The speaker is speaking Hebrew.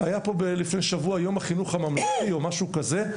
היה פה לפני שבוע יום החינוך הממלכתי או משהו כזה,